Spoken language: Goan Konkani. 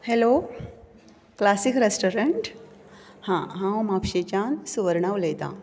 हॅलो क्लासीक रेस्टोरंट हं हांव म्हापशेच्यान सुवर्णा उलयतां